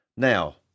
Now